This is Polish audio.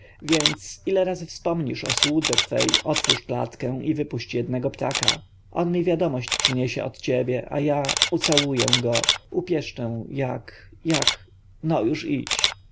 więc ile razy wspomnisz o słudze twej otwórz klatkę i wypuść jednego ptaka on mi wiadomość przyniesie od ciebie a ja ucałuję go upieszczę jak jak no już idź